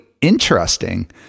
interesting